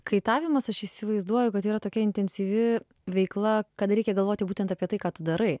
kaitavimas aš įsivaizduoju kad yra tokia intensyvi veikla kada reikia galvoti būtent apie tai ką tu darai